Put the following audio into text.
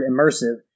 immersive